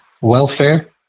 welfare